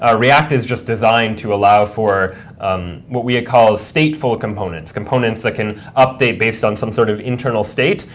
ah react is just designed to allow for what we had called stateful components, components that can update based on some sort of internal state.